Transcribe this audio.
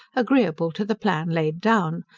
agreeable to the plan laid down,